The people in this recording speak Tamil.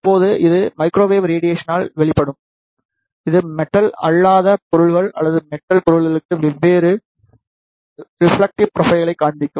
எப்போது இது மைக்ரோவேவ் ரேடியேசனால் வெளிப்படும் இது மெட்டல் அல்லாத பொருள்கள் அல்லது மெட்டல் பொருள்களுக்கு வெவ்வேறு ரெபிளெக்ட்டிவ் ப்ரொபைலைக் காண்பிக்கும்